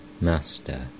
Master